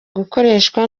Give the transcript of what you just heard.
gukoreshwa